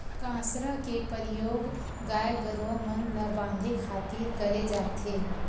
कांसरा के परियोग गाय गरूवा मन ल बांधे खातिर करे जाथे